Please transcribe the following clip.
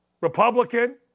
Republican